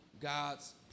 God's